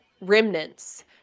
remnants